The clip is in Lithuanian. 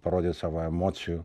parodyt savo emocijų